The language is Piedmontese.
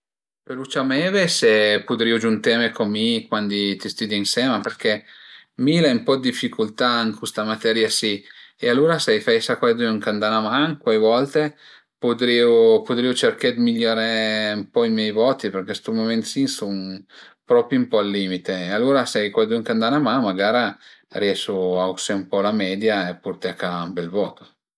Pöle ciameve se pudrìu giunteme co mi cuandi ti stüdie ënsema perché mi l'ai ën po dë dificultà ën custa materia si e alura s'a i föisa cuaidün ch'a m'da 'na man cuai volte pudrìu pudrìu cerché dë migliuré ën po i mei voti, perché ën stu mument si sun propi ün po al limite e alure s'a ie cuaidün ch'a m'da 'na man magara riesu a ausé ën po la media e a purté a ca ün bel vot